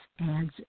adds